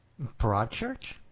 Broadchurch